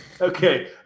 Okay